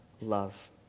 love